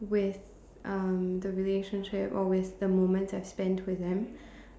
with um the relationship or with the moment I spend with them